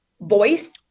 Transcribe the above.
voice